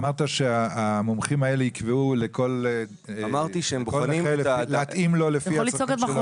אתה אמרת שהמומחים האלה יקבעו לכל נכה להתאים לו לפי הצרכים שלו.